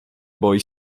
boi